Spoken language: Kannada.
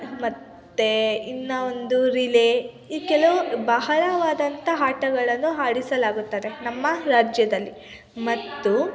ಮತ್ತು ಇನ್ನು ಒಂದು ರಿಲೇ ಈ ಕೆಲವು ಬಹಳವಾದಂಥ ಆಟಗಳನ್ನು ಆಡಿಸಲಾಗುತ್ತದೆ ನಮ್ಮ ರಾಜ್ಯದಲ್ಲಿ ಮತ್ತು